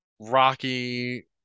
rocky